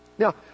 Now